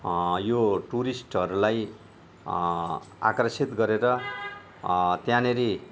यो टुरिस्टहरूलाई आकर्षित गरेर त्यहाँनिर